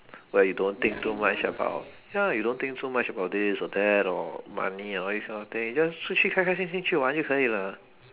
where you don't think too much about ya you don't think so much about this or that or money and all this kind of thing just 出去开开心心去玩就可以了